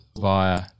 via